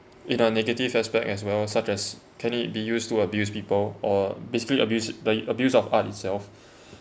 in a negative aspect as well such as can it be used to abuse people or basically abuse the abuse of art itself